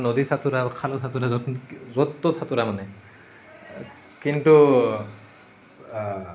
মই নদীত সাঁতোৰা খালত সাঁতোৰা য'ত ত'ত সাঁতোৰা মানে কিন্তু